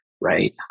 Right